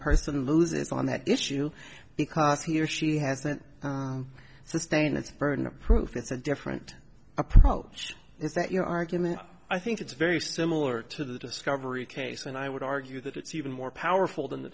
person loses on that issue because he or she hasn't sustained its burden of proof with a different approach is that your argument i think it's very similar to the discovery case and i would argue that it's even more powerful than the